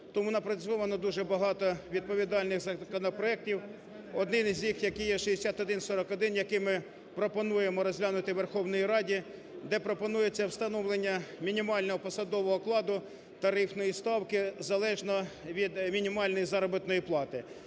тому напрацьовано дуже багато відповідальних законопроектів один із них, який є 6141, який ми пропонуємо розглянути Верховній Раді, де пропонується встановлення мінімального посадового окладу тарифної ставки залежно від мінімальної заробітної плати.